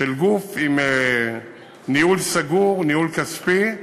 של גוף עם ניהול סגור, ניהול כספי,